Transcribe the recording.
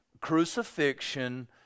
crucifixion